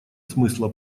смысла